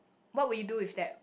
what would you do with that